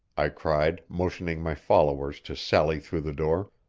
i cried, motioning my followers to sally through the door.